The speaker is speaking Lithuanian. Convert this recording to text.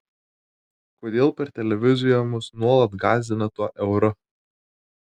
kodėl per televiziją mus nuolat gąsdina tuo euru